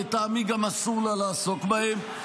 ולטעמי גם אסור לה לעסוק בהם,